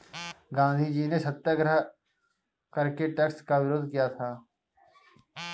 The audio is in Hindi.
गांधीजी ने सत्याग्रह करके टैक्स का विरोध किया था